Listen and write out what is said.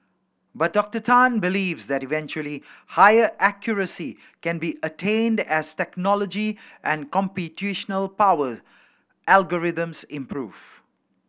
but Doctor Tan believes that eventually higher accuracy can be attained as technology and computational power algorithms improve